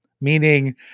meaning